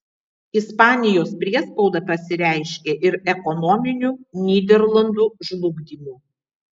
ispanijos priespauda pasireiškė ir ekonominiu nyderlandų žlugdymu